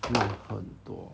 慢很多